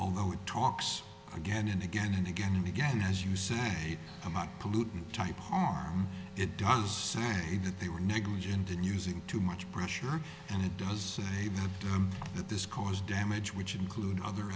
although it talks again and again and again and again as you say among pollutant type harm it done say that they were negligent in using too much pressure and it does say that this caused damage which include other